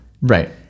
Right